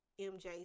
MJ